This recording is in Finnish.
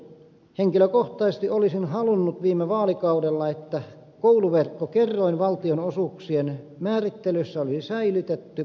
henkilökohtaisesti olisin halunnut viime vaalikaudella että kouluverkkokerroin valtionosuuksien määrittelyssä olisi säilytetty